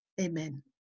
amen